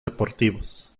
deportivos